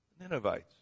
Ninevites